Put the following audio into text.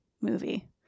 movie